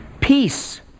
Peace